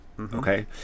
okay